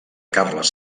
carles